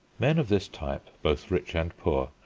men of this type, both rich and poor,